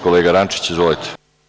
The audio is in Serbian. Kolega Rančiću, izvolite.